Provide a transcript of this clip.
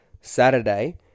Saturday